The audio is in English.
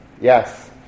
Yes